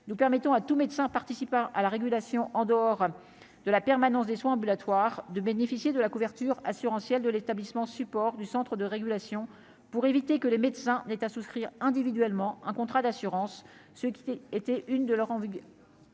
nous permettons à tout médecin participant à la régulation en dehors de la permanence des soins ambulatoires de bénéficier de la couverture assurantielle de l'établissement, support du centre de régulation pour éviter que les médecins n'aient à souscrire individuellement un contrat d'assurance, ce qui était une de leurs